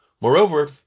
moreover